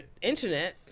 internet